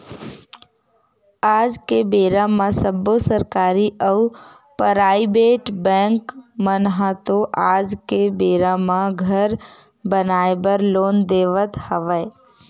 आज के बेरा म सब्बो सरकारी अउ पराइबेट बेंक मन ह तो आज के बेरा म घर बनाए बर लोन देवत हवय